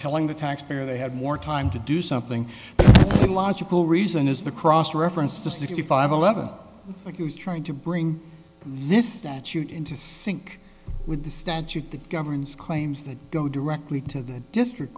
telling the taxpayer they had more time to do something but the logical reason is the cross reference to sixty five eleven so he was trying to bring this into sync with the statute that governs claims that go directly to the district